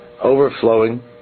overflowing